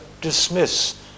dismiss